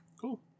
Cool